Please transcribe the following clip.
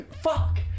fuck